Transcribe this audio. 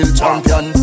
champion